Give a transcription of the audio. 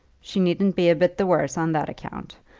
she needn't be a bit the worse on that account.